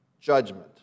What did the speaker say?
judgment